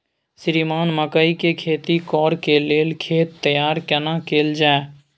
श्रीमान मकई के खेती कॉर के लेल खेत तैयार केना कैल जाए?